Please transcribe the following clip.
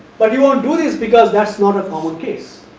but you want do this, because that is not a common case.